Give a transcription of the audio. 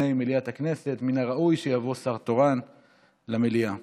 של שר תורן במליאת הכנסת,